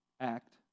act